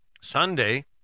Sunday